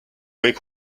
kõik